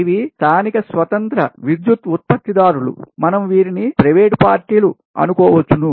ఇవి స్థానిక స్వతంత్ర విద్యుత్ ఉత్పత్తి దారులు మనం వీరిని ప్రైవేట్ పార్టీలు అనుకోవచ్చును